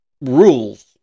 rules